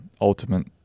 ultimate